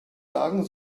sagen